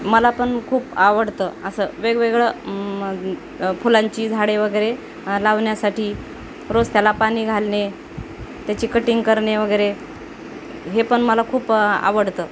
मला पण खूप आवडतं असं वेगवेगळं फुलांची झाडे वगैरे लावण्यासाठी रोज त्याला पाणी घालणे त्याची कटिंग करणे वगैरे हे पण मला खूप आवडतं